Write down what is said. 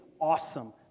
Awesome